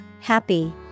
happy